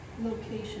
location